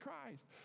Christ